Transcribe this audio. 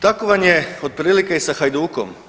Tako vam je otprilike i sa Hajdukom.